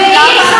ואם,